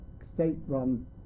state-run